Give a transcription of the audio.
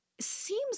seems